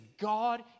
God